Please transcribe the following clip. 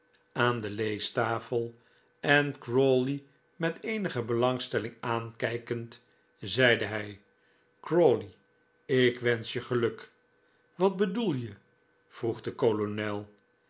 aan de leestafel en crawley met eenige belangstelling aankijkend zeide hij crawley ik wensch je geluk wat bedoel je vroeg de kolonel